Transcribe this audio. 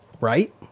Right